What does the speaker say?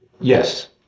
Yes